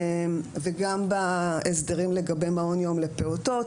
וגם בהסדרים לגבי מעון יום לפעוטות,